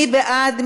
מי בעד?